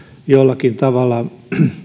jollakin tavalla